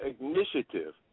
initiative